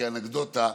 כאנקדוטה,